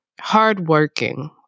hardworking